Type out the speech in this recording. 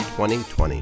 2020